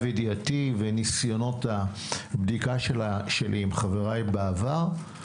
ידיעתי וניסיונות הבדיקה שלי עם חבריי בעבר.